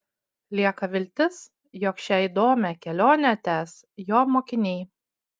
lieka viltis jog šią įdomią kelionę tęs jo mokiniai